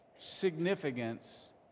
significance